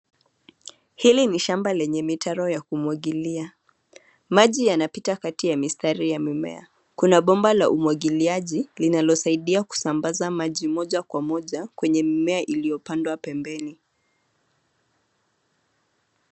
Hili ni shamba lenye mitaro ya kumwagilia, maji yanapita kati ya mistari ya mimea. Kuna bomba la umwagiliaji linalosaidia kusambaza maji moja kwa moja kwenye mimea iliyopandwa pembeni.